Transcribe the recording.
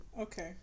Okay